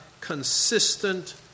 consistent